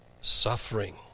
suffering